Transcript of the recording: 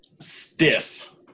Stiff